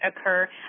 occur